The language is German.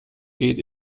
geht